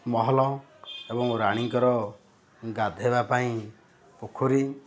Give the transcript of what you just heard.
ମହଲ ଏବଂ ରାଣୀଙ୍କର ଗାଧେଇବା ପାଇଁ ପୋଖରୀ